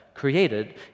Created